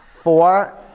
four